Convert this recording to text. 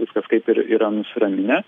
viskas kaip ir yra nusiraminę